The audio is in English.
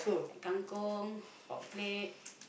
kangkong hotplate